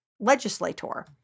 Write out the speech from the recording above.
legislator